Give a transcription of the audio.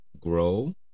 grow